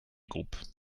groupes